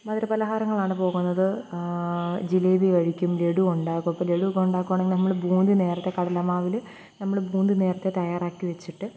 മധുരപലഹാരങ്ങളാണ് പോകുന്നത് ജിലേബി കഴിക്കും ലെഡ്ഡു ഉണ്ടാക്കും അപ്പോള് ലെഡ്ഡു ഒക്കെ ഉണ്ടാക്കുവാണേൽ നമ്മള് ബൂന്തി നേരത്തെ കടലമാവില് നമ്മള് ബൂന്തി നേരത്തെ തയ്യാറാക്കിവച്ചിട്ട്